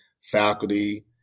faculty